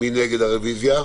מי נגד הרוויזיה?